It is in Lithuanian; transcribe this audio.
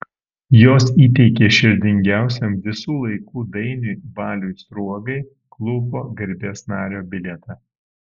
jos įteikė širdingiausiam visų laikų dainiui baliui sruogai klubo garbės nario bilietą